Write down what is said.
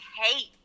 hate